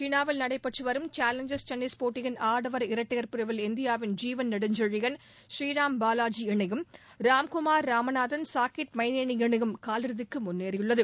சீனாவில் நடைபெற்று வரும் சேலஞ்சர்ஸ் டென்னிஸ் போட்டியின் ஆடவர் இரட்டையர் பிரிவில் இந்தியாவின் ஜீவன் நெடுஞ்செழியன் ஸ்ரீராம் பாலாஜி இணையும் ராம்குமார் ராமநாதன் சாகீத் மைனேனி இணையும் காலிறுதிக்கு முன்னேறியுள்ளது